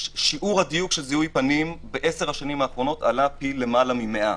שיעור הדיוק של זיהוי פנים בעשר השנים האחרונות עלה פי למעלה מ-100.